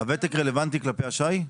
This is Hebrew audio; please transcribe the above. הוותק רלוונטי כלפי השי?